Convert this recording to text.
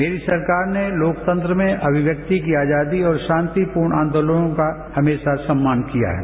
मेरी सरकार ने लोकतंत्र में अभिव्यक्ति की आजादी और शांतिपूर्ण आंदोलनों का हमेशा सम्मान किया है